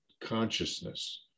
consciousness